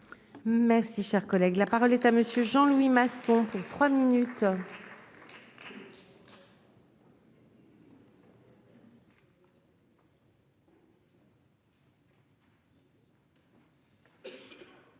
Merci, cher collègue, la parole est à monsieur Jean Louis Masson 3 minutes.